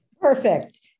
Perfect